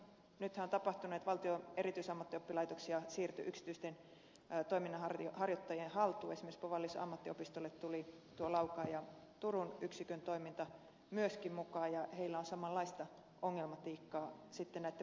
nythän on tapahtunut että valtion erityisammattioppilaitoksia siirtyy yksityisten toiminnanharjoittajien haltuun esimerkiksi bovallius ammattiopistolle tuli laukaan ja turun yksikön toiminta myöskin mukaan ja siellä on samanlaista ongelmatiikkaa näitten vuokrien osalta